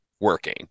working